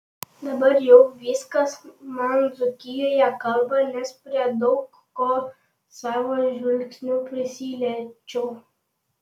dabar jau viskas man dzūkijoje kalba nes prie daug ko savo žvilgsniu prisiliečiau